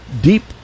deep